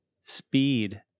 Speed